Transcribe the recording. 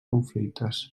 conflictes